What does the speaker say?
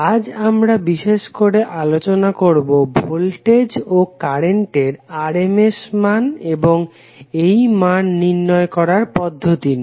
আজ আমরা বিশেষ করে আলোচনা করবো ভোল্টেজ ও কারেন্টের RMS মান এবং এই মান নির্ণয় করার পদ্ধতি নিয়ে